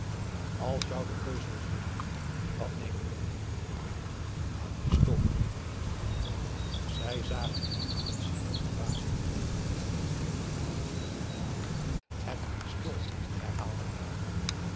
als jou de keus wordt gelaten wat neem je dan het pistool zij zagen hem aan met schrik en verbazing wat het pistool herhaalde hij